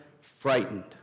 frightened